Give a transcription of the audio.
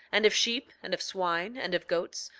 and of sheep, and of swine, and of goats,